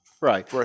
right